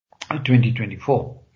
2024